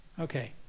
Okay